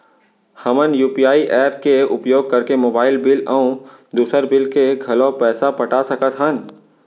हमन UPI app के उपयोग करके मोबाइल बिल अऊ दुसर बिल के घलो पैसा पटा सकत हन